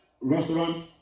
restaurant